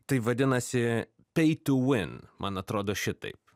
tai vadinasi pei tū vin man atrodo šitaip